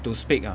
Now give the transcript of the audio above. to speak ah